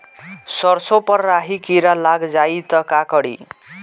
सरसो पर राही किरा लाग जाई त का करी?